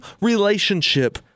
relationship